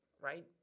right